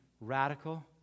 radical